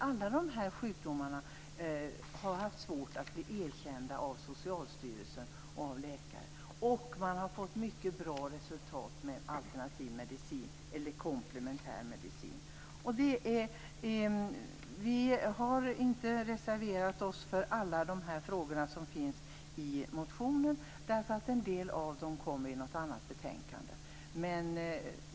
Alla dessa sjukdomar har det varit svårt att få erkända av Socialstyrelsen och av läkare men nu har man fått mycket goda resultat med hjälp av alternativ medicin, komplementär medicin. Vi har inte reserverat oss i alla frågor som finns med i motionen därför att en del av dem tas upp i något annat betänkande.